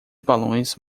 balões